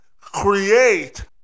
create